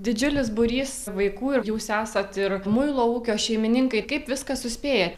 didžiulis būrys vaikų ir jūs esat ir muilo ūkio šeimininkai kaip viską suspėjat